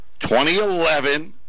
2011